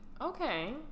Okay